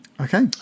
Okay